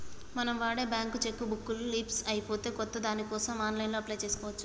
మనం వాడే bank cheque book leafs అయిపోతే కొత్త దానికోసం ఆన్లైన్లో అప్లై చేసుకోవచ్చు